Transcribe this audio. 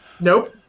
Nope